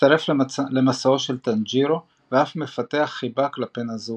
מצטרף למסעו של טאנג'ירו ואף מפתח חיבה כלפי נזוקו.